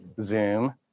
zoom